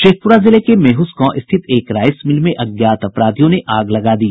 शेखपुरा जिले के मेहुस गांव स्थित एक राईस मिल में अज्ञात अपराधियों ने आग लगा दी